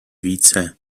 více